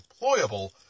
deployable